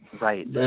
Right